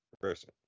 person